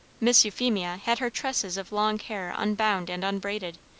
miss euphemia had her tresses of long hair unbound and unbraided,